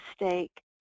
mistake